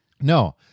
no